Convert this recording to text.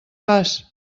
fas